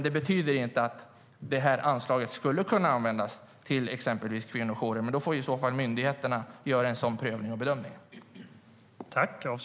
Det betyder inte att det här anslaget inte skulle kunna användas till exempelvis kvinnojourer, men i så fall får myndigheterna göra en sådan prövning och bedömning.